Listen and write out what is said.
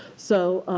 so,